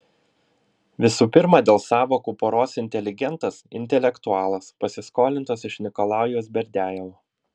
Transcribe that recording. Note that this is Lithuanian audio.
visų pirma dėl sąvokų poros inteligentas intelektualas pasiskolintos iš nikolajaus berdiajevo